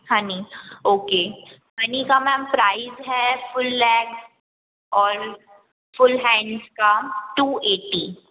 Honey okay honey का ma'am price है full leg और फुल हैंड्स का टू एट्टी